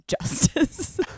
justice